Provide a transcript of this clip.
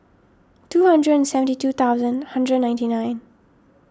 two hundred and seventy two thousand hundred ninety nine